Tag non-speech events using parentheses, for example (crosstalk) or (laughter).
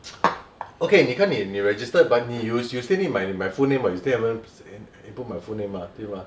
(noise) okay 你看你你 register but 你 you you still need my my full name [what] you still haven't s~ i~ input my full name mah 对 mah